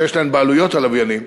שיש להן בעלויות על לוויינים,